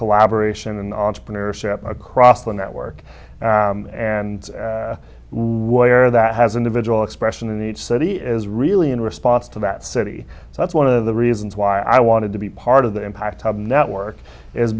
collaboration and entrepreneurship across the network and a lawyer that hasn't a visual expression in each city is really in response to that city that's one of the reasons why i wanted to be part of the impact of network is